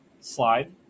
slide